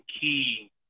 key